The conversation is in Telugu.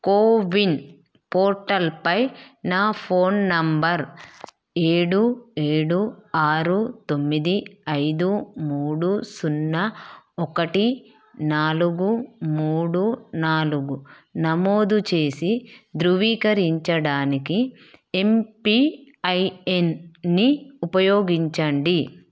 కోవిన్ పోర్టల్పై నా ఫోన్ నంబర్ ఏడు ఏడు ఆరు తొమ్మిది ఐదు మూడు సున్నా ఒకటి నాలుగు మూడు నాలుగు నమోదు చేసి ధృవీకరరించడానికి ఏంపిఐఎన్ని ఉపయోగించండి